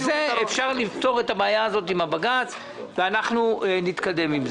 אפשר לפתור את הבעיה הזאת עם הבג"ץ ואנחנו נתקדם.